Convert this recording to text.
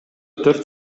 төрт